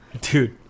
Dude